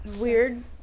weird